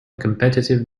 competitive